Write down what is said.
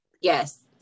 Yes